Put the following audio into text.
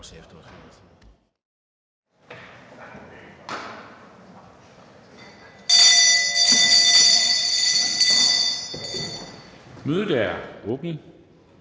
Mødet er åbnet.